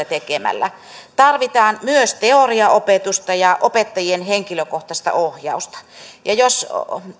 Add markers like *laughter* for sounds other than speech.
*unintelligible* tekemällä tarvitaan myös teoriaopetusta ja opettajien henkilökohtaista ohjausta jos